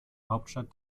hauptstadt